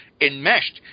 enmeshed